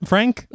Frank